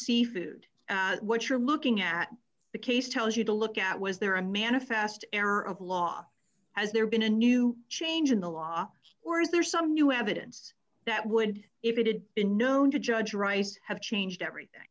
seafood what you're looking at the case tells you to look at was there a manifest error of law has there been a new change in the law or is there some new evidence that would if it had been known to judge rice have changed everything